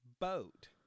boat